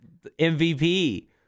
MVP